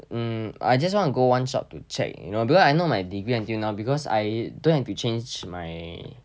hmm I just want to go one shop to check you know because I know my degree until now because I don't have to change my